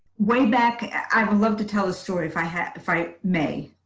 way back. i love to tell a story. if i had, if i may.